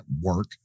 work